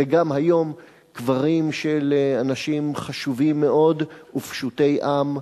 וגם היום קברים של אנשים חשובים מאוד ופשוטי עם,